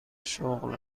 شغل